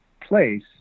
place